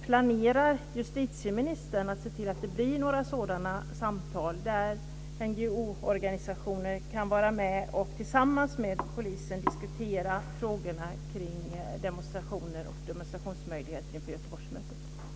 Planerar justitieministern att se till att det blir några sådana samtal, där NGO:er kan vara med och tillsammans med polisen diskutera frågor kring demonstrationsmöjligheter inför Göteborgsmötet?